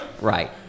Right